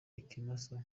ikimasa